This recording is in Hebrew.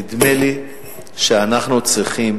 נדמה לי שאנחנו צריכים